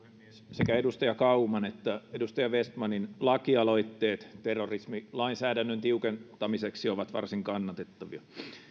sekä edustaja kauman että edustaja vestmanin lakialoitteet terrorismilainsäädännön tiukentamiseksi ovat varsin kannatettavia